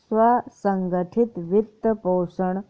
स्व संगठित वित्त पोषण